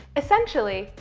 essentially,